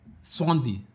Swansea